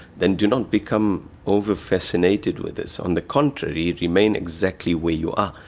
then do not become over-fascinated with this. on the contrary, remain exactly where you are.